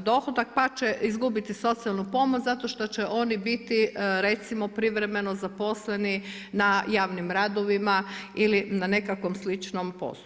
dohodak pa će izgubiti socijalnu pomoć zato što će oni biti recimo privremeno zaposleni na javnim radovima ili na nekakvom sličnom poslu.